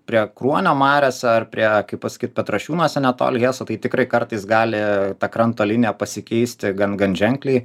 prie kruonio mariose ar prie kaip pasakyt petrašiūnuose netoli tai tikrai kartais gali ta kranto linija pasikeisti gan gan ženkliai